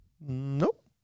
Nope